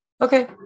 Okay